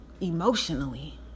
emotionally